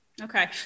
Okay